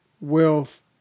wealth